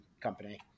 company